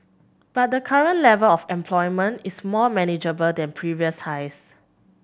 but the current level of employment is more manageable than previous highs